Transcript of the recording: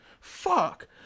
Fuck